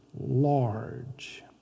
large